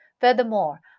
Furthermore